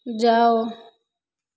जाउ